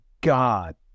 god